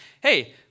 hey